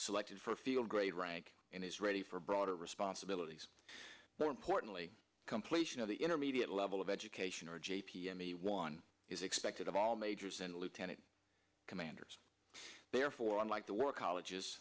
selected for field grade rank and is ready for broader responsibilities the importantly completion of the intermediate level of education or j p m e one is expected of all majors and lieutenant commanders therefore unlike the work colleges